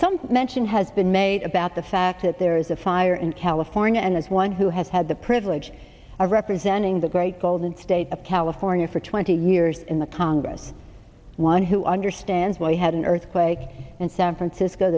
some mention has been made about the fact that there's a fire in calif warner and as one who has had the privilege of representing the great golden state of california for twenty years in the congress one who understands why we had an earthquake and san francisco